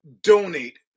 donate